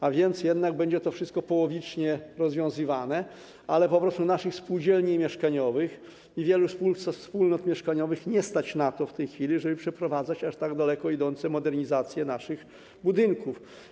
A więc jednak będzie to wszystko połowicznie rozwiązywane, ale po prostu naszych spółdzielni mieszkaniowych i wielu wspólnot mieszkaniowych nie stać na to w tej chwili, żeby przeprowadzać aż tak daleko idące modernizacje naszych budynków.